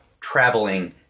traveling